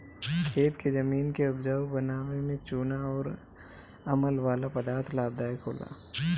खेत के जमीन के उपजाऊ बनावे में चूना अउर अमल वाला पदार्थ लाभदायक होला